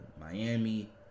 Miami